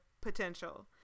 potential